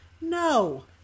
No